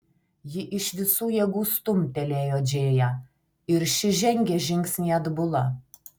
ji iš visų jėgų stumtelėjo džėją ir ši žengė žingsnį atbula